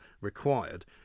required